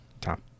Tom